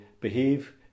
behave